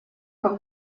как